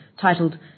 titled